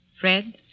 Fred